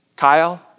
Kyle